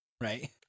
right